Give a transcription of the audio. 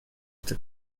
the